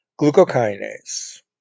glucokinase